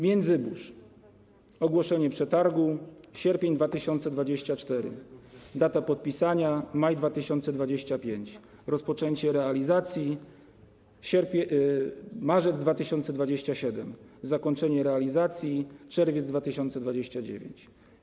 Międzybórz - ogłoszenie przetargu: sierpień 2024, data podpisania: maj 2025, rozpoczęcie realizacji: marzec 2027, zakończenie realizacji: czerwiec 2029.